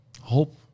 hope